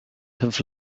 have